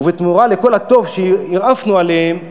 ובתמורה לכל הטוב שהרעפנו עליהם,